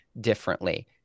differently